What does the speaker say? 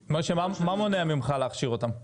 מה מונע ממך להכשיר אותם?